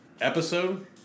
episode